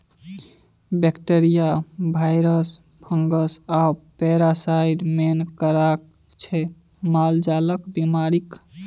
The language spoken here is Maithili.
बैक्टीरिया, भाइरस, फंगस आ पैरासाइट मेन कारक छै मालजालक बेमारीक